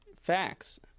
Facts